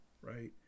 right